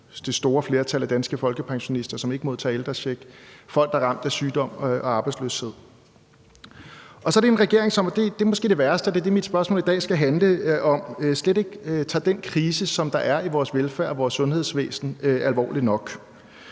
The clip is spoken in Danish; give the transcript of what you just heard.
det store flertal af danske folkepensionister, som ikke modtager ældrecheck, og folk, der er ramt af sygdom og arbejdsløshed. Men det værste er måske, og det er det, mit spørgsmål i dag skal handle om, at det er en regering, som slet ikke tager den krise, der er i vores velfærd og vores sundhedsvæsen, alvorligt nok.